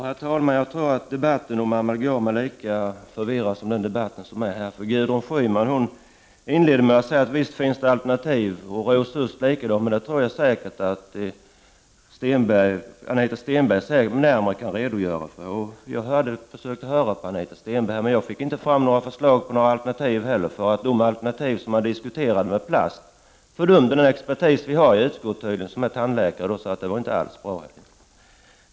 Herr talman! Jag tror att debatten om amalgam är lika förvirrad som den debatt som förs här. Gudrun Schyman inleder med att säga att det finns alternativ. Rosa Östh gör likadant. Jag tror säkert att Anita Stenberg närmare kan redogöra för detta. Jag försökte höra på Anita Stenberg, men jag uppfattade inte några förslag till alternativ. De alternativ som har diskuterats är plast, men enligt den expertis vi har i utskottet är det inte alls bra.